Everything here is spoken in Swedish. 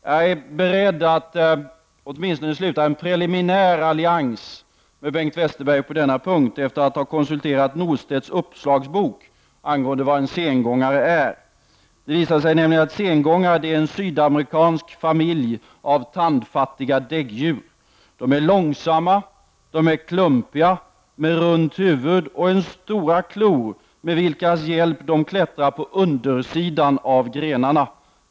Jag är beredd att åtminstone sluta en preliminär allians med Bengt Westerberg på denna punkt, efter att ha konsulterat Norstedts uppslagsbok angående vad en sengångare är. Det visar sig nämligen att sengångare är en sydamerikansk familj av tandfattiga däggdjur. De är långsamma och klumpiga med runt huvud. De har stora klor med vilkas hjälp de klättrar på undersidan av grenarna.